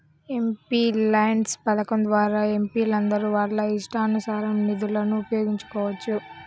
MPLADS పథకం ద్వారా ఎంపీలందరూ వాళ్ళ ఇష్టానుసారం నిధులను ఉపయోగించుకోవచ్చు